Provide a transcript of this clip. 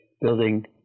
Building